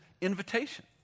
invitation